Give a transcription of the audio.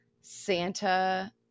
Santa